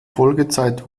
folgezeit